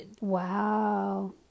Wow